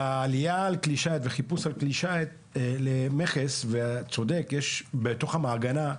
העלייה של המכס על כלי שיט וחיפוש על כלי שייט היא כבר בתוך המעגנה,